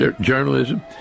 journalism